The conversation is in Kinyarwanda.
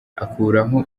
akuraho